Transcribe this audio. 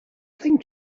think